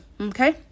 okay